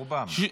רובם.